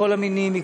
מכל המינים,